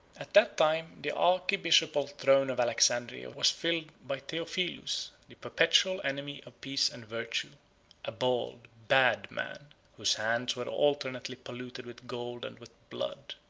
at that time the archiepiscopal throne of alexandria was filled by theophilus, the perpetual enemy of peace and virtue a bold, bad man, whose hands were alternately polluted with gold and with blood.